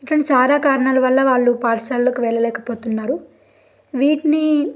ఇటువంటి చాలా కారణాల వల్ల వాళ్ళు పాఠశాలలకు వెళ్ళలేకపోతున్నారు వీటిని